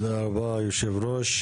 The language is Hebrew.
בבקשה.